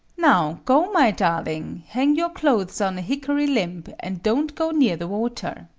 now, go, my darling hang your clothes on a hickory limb, and don't go near the water.